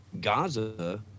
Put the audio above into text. Gaza